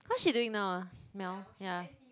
what's she doing now ah Mel ya